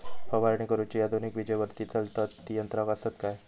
फवारणी करुची आधुनिक विजेवरती चलतत ती यंत्रा आसत काय?